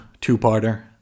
two-parter